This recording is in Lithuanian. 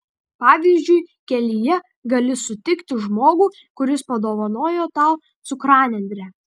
pavyzdžiui kelyje gali sutikti žmogų kuris padovanoja tau cukranendrę